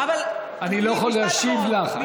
אבל, אני לא יכול להשיב לך.